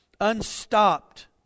unstopped